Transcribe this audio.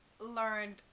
learned